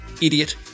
idiot